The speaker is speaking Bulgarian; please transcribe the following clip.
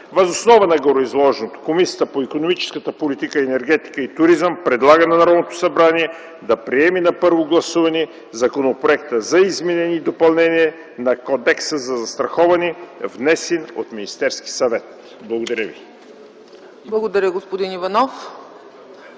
Въз основа на гореизложеното Комисията по икономическата политика, енергетика и туризъм предлага на Народното събрание да приеме на първо гласуване Законопроекта за изменение и допълнение на Кодекса за застраховане, внесен от Министерския съвет.” ПРЕДСЕДАТЕЛ ЦЕЦКА ЦАЧЕВА: Благодаря, господин Иванов.